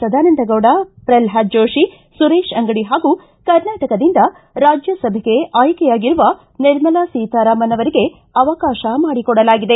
ಸದಾನಂದಗೌಡ ಪ್ರಲ್ನಾದ ಜೋತಿ ಸುರೇಶ ಅಂಗಡಿ ಹಾಗೂ ಕರ್ನಾಟಕದಿಂದ ರಾಜ್ಯಸಭೆಗೆ ಆಯ್ಷೆಯಾಗಿರುವ ನಿರ್ಮಲಾ ಸೀತಾರಾಮನ್ ಅವರಿಗೆ ಅವಕಾಶ ಮಾಡಿ ಕೊಡಲಾಗಿದೆ